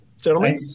Gentlemen